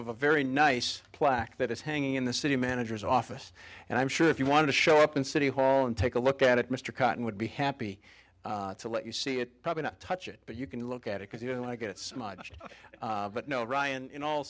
of a very nice plaque that is hanging in the city manager's office and i'm sure if you wanted to show up in city hall and take a look at it mr cotton would be happy to let you see it probably not touch it but you can look at it because you know i get it but no ryan in all